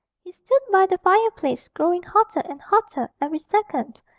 he stood by the fireplace, growing hotter and hotter every second,